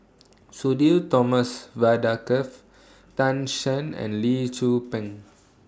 Sudhir Thomas Vadaketh Tan Shen and Lee Tzu Pheng